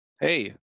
hey